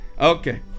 Okay